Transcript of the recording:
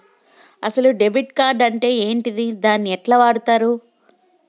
అసలు debit card అంటే ఏంటిది? దీన్ని ఎట్ల వాడుతరు?